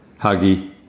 Huggy